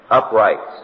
upright